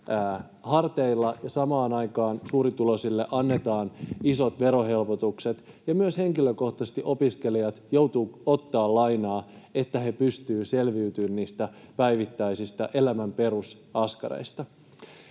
harteilla, samaan aikaan suurituloisille annetaan isot verohelpotukset, ja myös henkilökohtaisesti opiskelijat joutuvat ottamaan lainaa, jotta he pystyvät selviytymään päivittäisistä elämän perusaskareista.